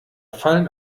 fallen